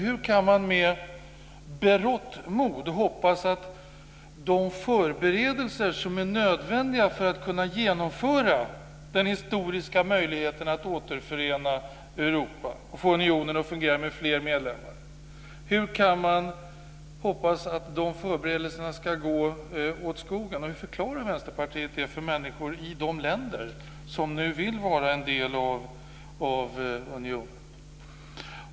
Hur kan man med berått mod hoppas att de förberedelser som är nödvändiga för att kunna genomföra den historiska möjligheten att återförena Europa och få unionen att fungera med fler medlemmar ska gå åt skogen? Hur förklarar Vänsterpartiet det för människor i de länder som nu vill vara en del av unionen? Fru talman!